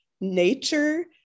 nature